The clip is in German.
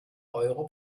euro